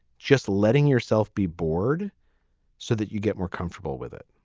just letting yourself be bored so that you get more comfortable with it?